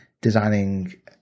designing